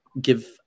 give